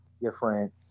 different